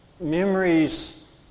memories